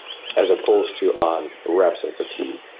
as opposed to on reps and fatigue.